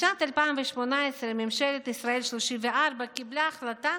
בשנת 2018 ממשלת ישראל השלושים-וארבע קיבלה החלטה